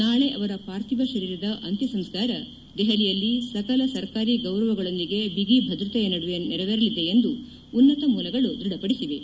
ನಾಳೆ ಅವರ ಪಾರ್ಥಿವ ಶರೀರದ ಅಂತ್ಯಸಂಸ್ನಾರ ದೆಹಲಿಯಲ್ಲಿ ಸಕಲ ಸರ್ಕಾರಿ ಗೌರವಗಳೊಂದಿಗೆ ಬಿಗಿ ಭದ್ರತೆಯ ನಡುವೆ ನೆರವೇರಲಿದೆ ಎಂದು ಉನ್ನತ ಮೂಲಗಳು ದ್ಬಢಪದಿಸಿವೆ